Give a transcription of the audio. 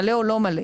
מלא או לא מלא,